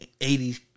80s